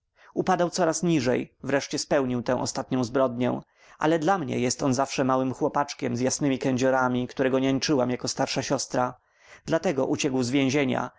upadał coraz niżej wreszcie spełnił tę ostatnią zbrodnię ale dla mnie jest on zawsze małym chłopaczkiem z jasnymi kędziorami którego niańczyłam jako starsza siostra dlatego uciekł z więzienia